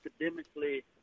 academically